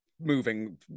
moving